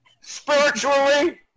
Spiritually